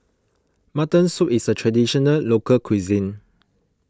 Mutton Soup is a Traditional Local Cuisine